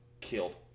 killed